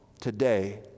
today